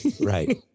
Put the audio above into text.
Right